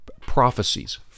prophecies